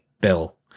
bill